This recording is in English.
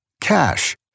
Cash